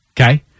Okay